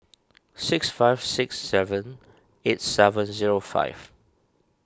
six five six seven eight seven zero five